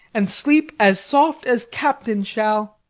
and sleep as soft as captain shall.